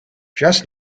just